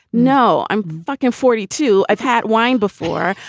no, i'm but going forty two. i've had wine before.